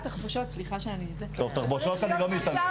תחבושות -- בתחבושות אני לא משתמש,